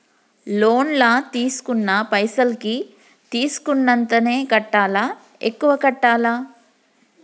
Loan లా తీస్కున్న పైసల్ కి తీస్కున్నంతనే కట్టాలా? ఎక్కువ కట్టాలా?